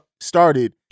started